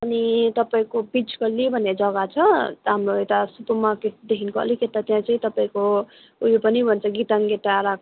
अनि तपाईँको बिच गल्ली भन्ने जग्गा छ हाम्रो यता सुपर मार्केटदेखिको अलिक यता त्यहाँ चाहिँ तपाईँको उयो पनि भन्छ गिताङ्गे डाँडा